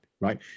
Right